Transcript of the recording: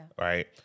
Right